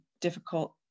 difficult